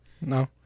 No